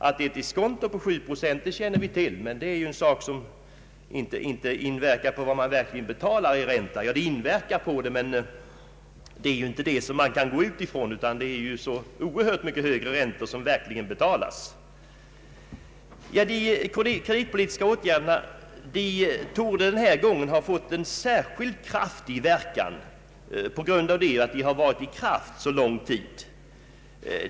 Att diskontot är sju procent, det känner vi till, men det är inte den räntesatsen utan mycket högre räntor som i verkligheten betalas. De kreditpolitiska åtgärderna torde denna gång ha fått en särskilt kraftig verkan på grund av att de varit i kraft så lång tid.